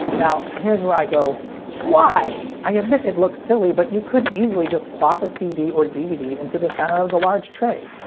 now here's where i go why? i admit it looks silly, but you could easily just plop a cd or dvd into the center of the large tray.